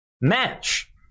match